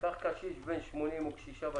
קח קשיש בן 80 או קשיש בת